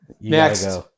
next